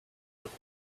would